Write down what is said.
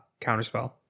counterspell